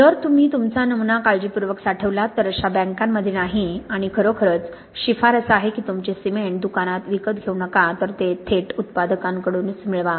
जर तुम्ही तुमचा नमुना काळजीपूर्वक साठवलात तर अशा बँकांमध्ये नाही आणि खरोखरच शिफारस आहे की तुमचे सिमेंट दुकानात विकत घेऊ नका तर ते थेट उत्पादकाकडून मिळवा